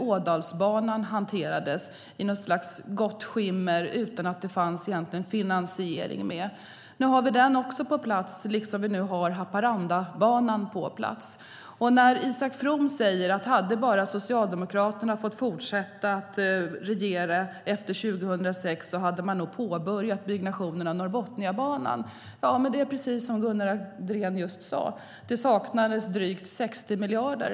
Ådalsbanan hanterades i något slags gott skimmer utan att det egentligen fanns någon finansiering med. Nu har vi även den på plats, liksom Haparandabanan. Isak From säger att hade bara Socialdemokraterna fått fortsätta att regera efter 2006 hade man nog påbörjat byggnationen av Norrbotniabanan. Men det är precis som Gunnar Andrén just sade: Det saknades drygt 60 miljarder.